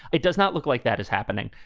it does not look like that is happening.